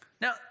Now